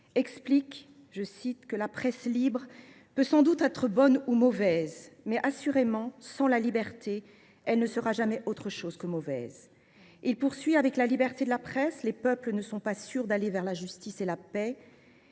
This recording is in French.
expliquait :« La presse libre peut sans doute être bonne ou mauvaise, mais assurément, sans la liberté, elle ne sera jamais autre chose que mauvaise. » Il poursuivait :« Avec la liberté de la presse, les peuples ne sont pas sûrs d’aller vers la justice et la paix.